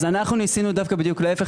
אנחנו ניסינו דווקא בדיוק להיפך,